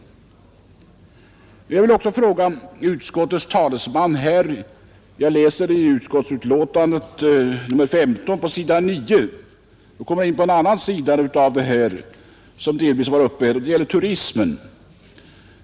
Jag kommer sedan in på en annan sida av detta problem, som delvis har varit uppe, nämligen turismen.